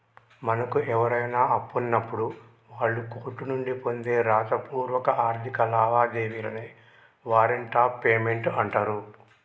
మనకు ఎవరైనా అప్పున్నప్పుడు వాళ్ళు కోర్టు నుండి పొందే రాతపూర్వక ఆర్థిక లావాదేవీలనే వారెంట్ ఆఫ్ పేమెంట్ అంటరు